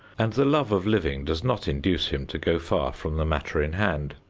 and the love of living does not induce him to go far from the matter in hand,